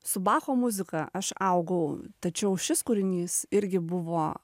su bacho muzika aš augau tačiau šis kūrinys irgi buvo